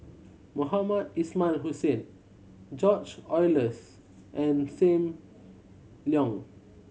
Mohamed Ismail Hussain George Oehlers and Sam Leong